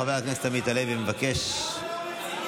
חבר הכנסת עמית הלוי מבקש להשיב